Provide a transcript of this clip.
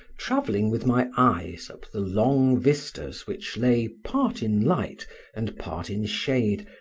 travelling with my eyes up the long vistas which lay part in light and part in shade,